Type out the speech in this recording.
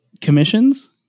Commissions